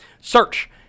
Search